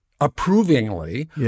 approvingly